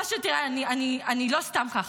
אני לא סתם ככה,